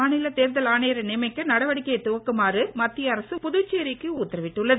மாநில தேர்தல் நியமிக்க புதிதாக நடவடிக்கையை துவங்குமாறு மத்திய அரசு புதுச்சேரிக்கு உத்தரவிட்டுள்ளது